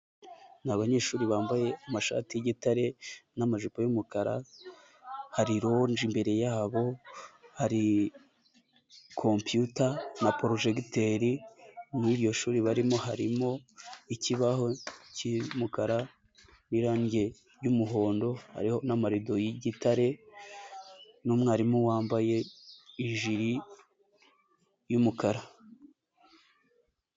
Ni abanyeshuri bambaye amashati y'igitare n'amajipo y'umukara, hari loji imbere yabo, hari kompiyuta na porojegiteri, muri iryo shuri barimo harimo ikibaho cy'umukara n'irangi ry'umuhondo, hariho n'amarido y'igitare n'umwarimu wambaye ijiri y'umukara.